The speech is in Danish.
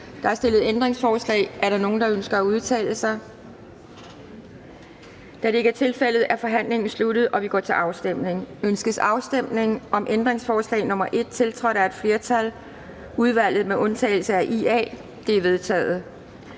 Der er stillet ændringsforslag. Er der nogen, der ønsker at udtale sig? Da det ikke er tilfældet, er forhandlingen sluttet, og vi går til afstemning. Kl. 10:42 Afstemning Anden næstformand (Pia Kjærsgaard): Ønskes afstemning om ændringsforslag nr. 1 tiltrådt af et flertal (udvalget med undtagelse af IA)? Det er vedtaget.